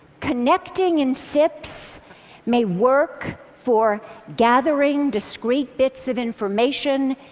connecting in sips may work for gathering discrete bits of information,